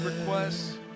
requests